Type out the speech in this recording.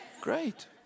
Great